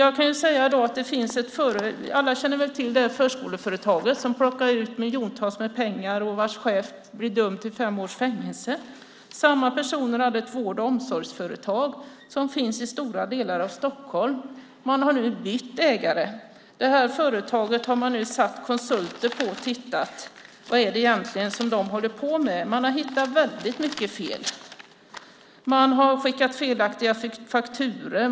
Alla känner väl till förskoleföretaget som har plockat ut miljontals kronor och vars chef har blivit dömd till fem års fängelse. Samma personer hade ett vård och omsorgsföretag som finns i stora delar av Stockholm. Företaget har nu bytt ägare. Man har nu satt konsulter på att titta på företaget. Vad är det egentligen de håller på med? Man har hittat väldigt mycket fel. De har skickat felaktiga fakturor.